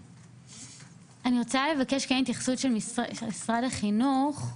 אני רוצה לבקש התייחסות של משרד החינוך.